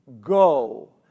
Go